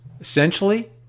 Essentially